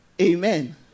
Amen